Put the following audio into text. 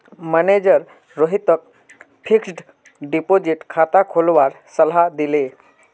manager रोहितक fixed deposit खाता खोलवार सलाह दिले